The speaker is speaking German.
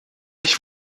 ich